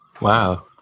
Wow